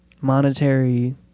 monetary